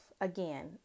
again